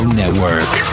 network